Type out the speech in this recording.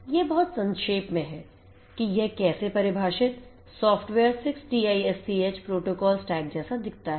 यह बहुत संक्षेप में है कि यह कैसे परिभाषित सॉफ्टवेयर 6TiSCH प्रोटोकॉल स्टैक जैसा दिखता है